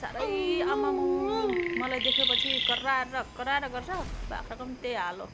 साह्रै आमामामा मलाई देखेपछि कराएर कराएर गर्छ बाख्राको पनि त्यही हाल हो